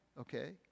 okay